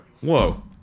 Whoa